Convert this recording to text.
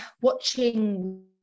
watching